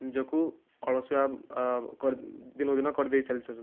ନିଜଳୁ ଅଳସୁଆ କରି ଦିନକୁ ଦିନ କରି ଦେଇ ଚାଲିଛନ୍ତି